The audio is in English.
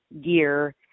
gear